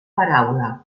paraula